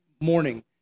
morning